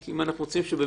אם אנחנו באמת רוצים שיהיה.